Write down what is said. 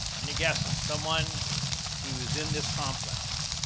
any guesses? someone who is in this complex.